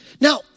Now